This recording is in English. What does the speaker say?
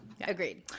Agreed